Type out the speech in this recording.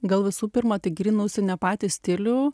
gal visų pirma tai gryninausi ne patį stilių